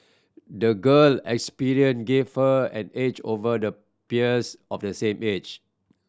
the girl experience gave her an edge over her peers of the same age